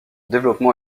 développement